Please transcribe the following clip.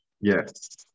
Yes